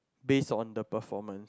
based on the performance